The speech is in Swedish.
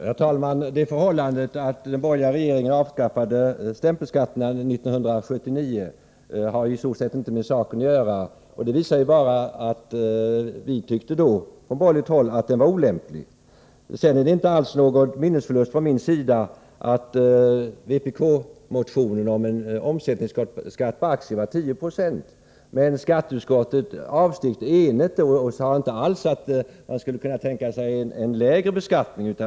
Herr talman! Det förhållandet att den borgerliga regeringen avskaffade stämpelskatterna 1979 har knappast med saken att göra. Det visar bara att vi då från borgerligt håll tyckte att de var olämpliga. Det rör sig inte alls om någon minnesförlust när jag säger att vpk-motionen gick ut på en 10-procentig omsättningsskatt på aktier. Skatteutskottet avstyrkte enhälligt och sade inte alls att man skulle kunna tänka sig en lägre beskattning.